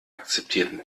akzeptierten